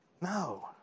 no